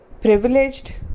privileged